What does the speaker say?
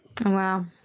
Wow